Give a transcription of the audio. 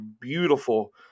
beautiful